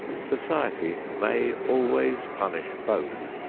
society may always punish both,